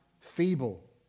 feeble